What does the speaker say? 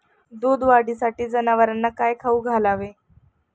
दूध वाढीसाठी जनावरांना काय खाऊ घालावे?